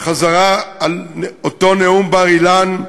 חזרה על אותו נאום בר-אילן,